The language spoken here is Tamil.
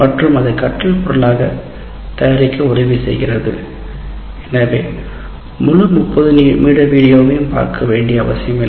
மற்றும் அதை கற்றல் பொருளாக தயாரிக்க உதவி செய்கிறது எனவே முழு 30 நிமிட வீடியோவையும் நீங்கள் பார்க்க வேண்டியதில்லை